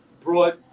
brought